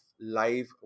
live